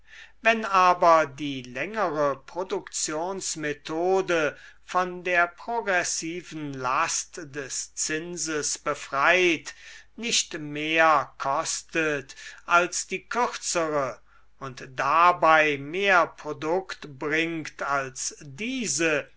wenn aber die längere produktionsmethode von der progressiven last des zinses befreit nicht mehr kostet als die kürzere und dabei mehr produkt bringt als diese